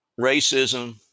racism